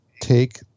take